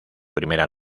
primera